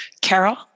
Carol